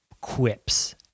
quips